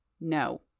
No